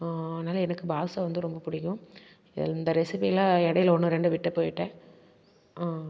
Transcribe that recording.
அதனால எனக்கு பாதுஷா வந்து ரொம்ப பிடிக்கும் இந்த ரெசிப்பியில இடையில ஒன்று ரெண்டு விட்டுப் போயிவிட்டேன்